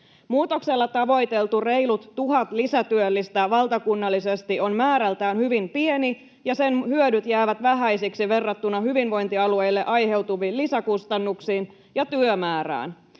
Muutoksella tavoiteltu reilut tuhat lisätyöllistä valtakunnallisesti on määrältään hyvin pieni, ja sen hyödyt jäävät vähäisiksi verrattuna hyvinvointialueille aiheutuviin lisäkustannuksiin ja työmäärään.